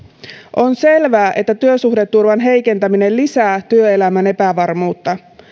on selvää että työsuhdeturvan heikentäminen lisää työelämän epävarmuutta